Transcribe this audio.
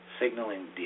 signaling